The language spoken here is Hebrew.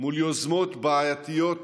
מול יוזמות בעייתיות